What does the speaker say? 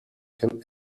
can